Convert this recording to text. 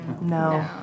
No